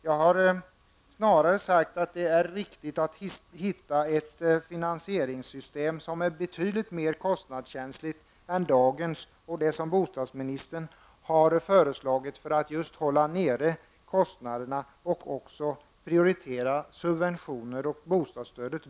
Jag har snarare sagt att det är viktigt att hitta ett finansieringssystem som är betydligt mer kostnadskänsligt än dagens och det som bostadsministern har föreslagit, för att man skall kunna hålla nere kostnaderna och prioritera subventioner och bostadsstöd.